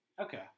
Okay